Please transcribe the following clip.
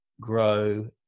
grow